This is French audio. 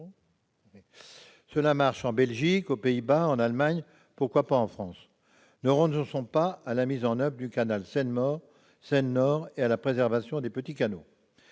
Cela marche en Belgique, aux Pays-Bas, en Allemagne ; pourquoi pas en France ? Ne renonçons pas à la mise en oeuvre du canal Seine-Nord et à la préservation des petits canaux.